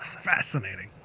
Fascinating